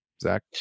Zach